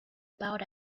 about